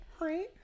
right